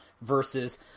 versus